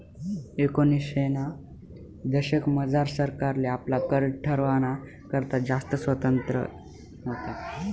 एकोनिसशेना दशकमझार सरकारले आपला कर ठरावाना करता जास्त स्वातंत्र्य व्हतं